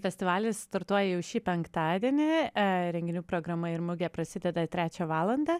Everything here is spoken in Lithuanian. festivalis startuoja jau šį penktadienį renginių programa ir mugė prasideda trečią valandą